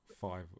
five